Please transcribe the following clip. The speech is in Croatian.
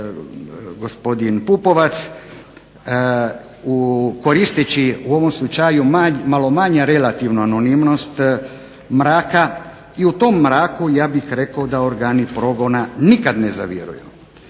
gospodin Pupovac koristeći u ovom slučaju malo manju relativnu anonimnost mraka i u tom mraku ja bih rekao da organi progona nikad ne zaviruju.